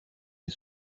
des